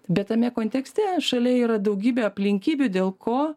bet tame kontekste šalia yra daugybė aplinkybių dėl ko